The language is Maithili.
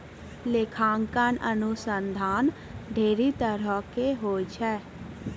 लेखांकन अनुसन्धान ढेरी तरहो के होय छै